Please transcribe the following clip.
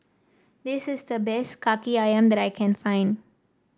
this is the best kaki ayam that I can find